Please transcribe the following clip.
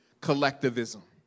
collectivism